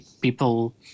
people